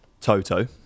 Toto